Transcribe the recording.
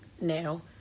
now